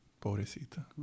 Pobrecita